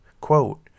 Quote